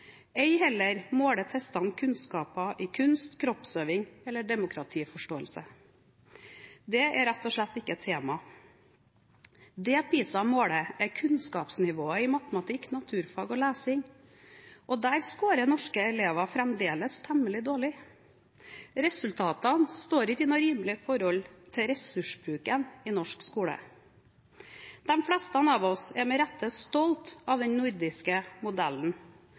ei heller måler testene kunnskaper i kunst, kroppsøving eller demokratiforståelse. Det er rett og slett ikke tema. Det PISA måler, er kunnskapsnivået i matematikk, naturfag og lesing, og der scorer norske elever fremdeles temmelig dårlig. Resultatene står ikke i rimelig forhold til ressursbruken i norsk skole. De fleste av oss er med rette stolt av den nordiske modellen.